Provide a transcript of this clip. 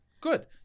Good